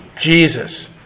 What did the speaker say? Jesus